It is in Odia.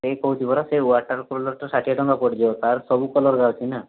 ସେଇ କହୁଛି ପରା ସେ ୱାଟର୍ କଲର୍ଟା ଷାଠିଏ ଟଙ୍କା ପଡ଼ିଯିବ ତାର ସବୁ କଲର୍ ବାହାରୁଛି ନା